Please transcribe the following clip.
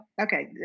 Okay